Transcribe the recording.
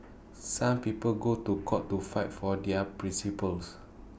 some people go to court to fight for their principles